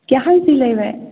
केहन सिलैबै